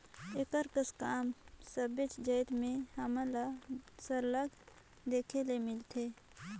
एकर कस काम सबेच जाएत में हमन ल सरलग देखे ले मिलथे